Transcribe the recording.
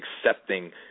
accepting